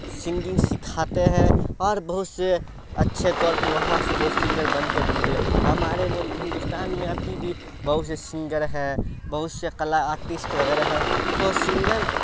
singing سکھاتے ہیں اور بہت سے اچھے طور پہ وہاں سے بہت سنگر بن کے بھی نکلے ہمارے ملک ہندوستان میں ابھی بھی بہت سے سنگر ہیں بہت سے کلا آرٹسٹ وغیرہ ہیں تو سنگر